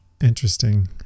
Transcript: interesting